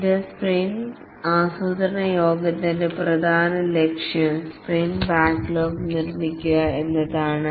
ഈ സ്പ്രിന്റ് ആസൂത്രണ യോഗത്തിന്റെ പ്രധാന ലക്ഷ്യം സ്പ്രിന്റ് ബാക്ക്ലോഗ് നിർമ്മിക്കുക എന്നതാണ്